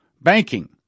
banking